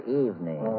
evening